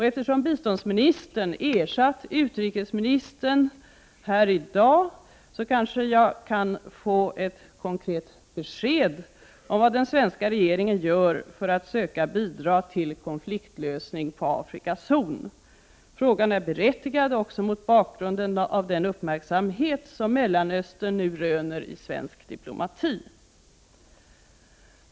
Eftersom biståndsministern i dag har ersatt utrikesministern kan jag kanske få ett konkret besked om vad den svenska regeringen gör för att söka bidra till en konfliktlösning på Afrikas Horn. Frågan är berättigad också mot bakgrund av den uppmärksamhet som Mellanöstern nu röner i svensk diplomati.